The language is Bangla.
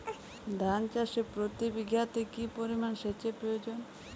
ধান চাষে প্রতি বিঘাতে কি পরিমান সেচের প্রয়োজন?